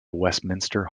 westminster